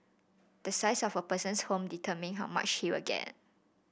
the size of a person's home determine how much he will get